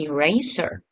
Eraser